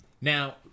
Now